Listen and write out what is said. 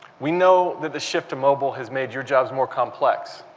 we know that the shift to mobile has made your jobs more complex.